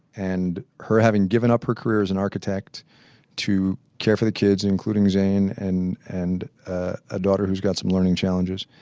and her having given up her career as an and architect to care for the kids including zain and and ah a daughter who's got some learning challenges.